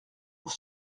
pour